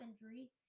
injury